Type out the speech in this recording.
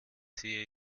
sehe